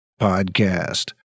podcast